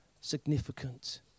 significant